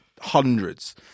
hundreds